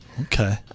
Okay